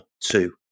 two